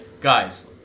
Guys